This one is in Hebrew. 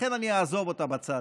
לכן אני אעזוב אותה בצד.